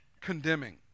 condemning